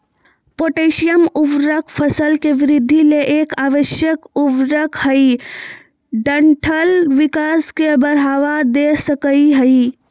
potassium उर्वरक फसल के वृद्धि ले एक आवश्यक उर्वरक हई डंठल विकास के बढ़ावा दे सकई हई